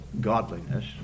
godliness